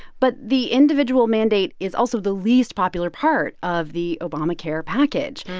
but the individual mandate is also the least popular part of the obamacare package.